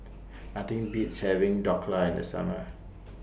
Nothing Beats having Dhokla in The Summer